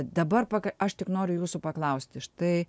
dabar paka aš tik noriu jūsų paklausti štai